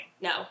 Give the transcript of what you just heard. No